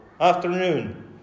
afternoon